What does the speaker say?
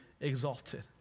exalted